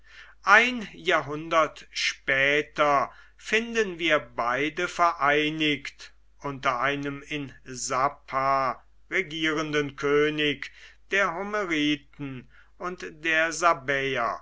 ein jahrhundert später finden wir beide vereinigt unter einem in sapphar regierenden könig der homeriten und der sabäer